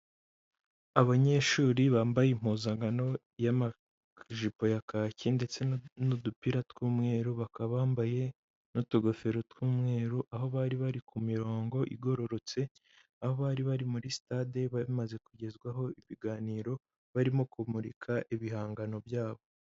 Abanyeshuri bambaye impuzankano y'amajipo ya kaki ndetse n'udupira tw'umweru. Bakaba bambaye n'utugofero tw'umweru, aho bari bari ku mirongo igororotse, aho bari bari muri stade bamaze kugezwaho ibiganiro barimo kumurika ibihangano byabo.